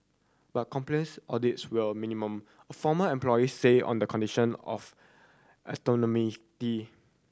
but compliance audits were minimal a former employee said on the condition of